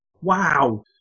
Wow